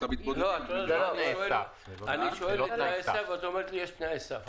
אני שואל על תנאי סף ואת אומרת לי שיש תנאי סף.